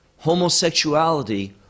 homosexuality